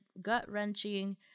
gut-wrenching